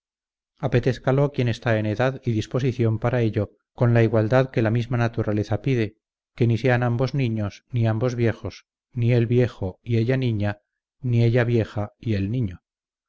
suya apetézcalo quien está en edad y disposición para ello con la igualdad que la misma naturaleza pide que ni sean ambos niños ni ambos viejos ni el viejo y ella niña ni ella vieja ni él niño